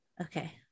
Okay